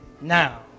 now